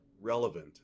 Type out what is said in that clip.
relevant